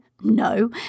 no